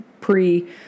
pre